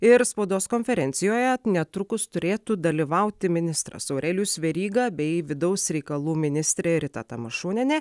ir spaudos konferencijoje netrukus turėtų dalyvauti ministras aurelijus veryga bei vidaus reikalų ministrė rita tamašunienė